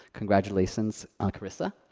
congratulations karissa.